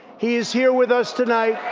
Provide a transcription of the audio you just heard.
he is here with us tonight,